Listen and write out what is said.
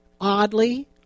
oddly